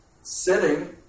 sitting